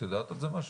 את יודעת על זה משהו?